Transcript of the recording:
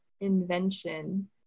invention